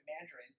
Mandarin